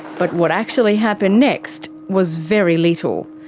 but what actually happened next, was very little.